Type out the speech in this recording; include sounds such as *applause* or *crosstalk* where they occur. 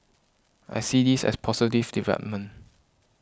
*noise* I see this as positive development